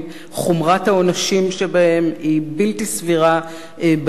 חומרת העונשים שבהם היא בלתי סבירה בעליל,